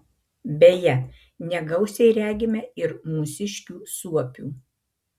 beje negausiai regime ir mūsiškių suopių